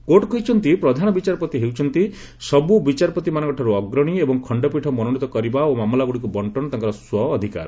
court କହିଛନ୍ତି ପ୍ରଧାନ ବିଚାରପତି ହେଉଛନ୍ତି ସବୁ ବିଚାରପତିମାନଙ୍କଠାରୁ ଅଗ୍ରଣୀ ଏବଂ ଖଖପୀଠ ମନୋନୀତ କରିବା ଓ ମାମଲାଗୁଡ଼ିକୁ ବଣ୍ଟନ ତାଙ୍କର ସ୍ୱ ଅଧିକାର